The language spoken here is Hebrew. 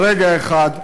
ברגע אחד,